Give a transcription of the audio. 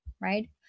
right